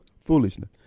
foolishness